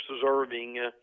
deserving